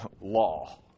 law